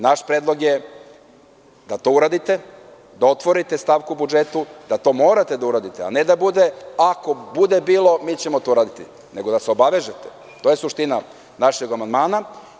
Naš predlog je da to uradite, da otvorite stavku u budžetu, da to morate da uradite, a ne – ako bude bilo, mi ćemo to uraditi, nego da se obavežete, to je suština našeg amandmana.